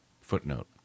Footnote